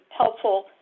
helpful